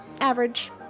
average